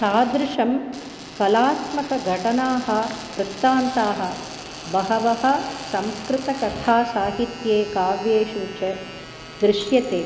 तादृशं कलात्मकघटनाः वृत्तान्ताः बहवः संस्कृतकथासाहित्ये काव्येषु च दृश्यते